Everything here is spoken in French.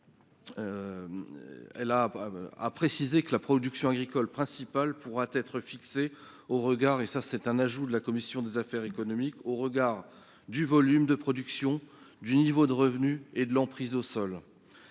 Elle a précisé que la production agricole principale pourra ainsi être déterminée au regard- c'est un ajout de la commission des affaires économiques -du volume de production, du niveau de revenu et de l'emprise au sol.